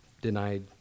denied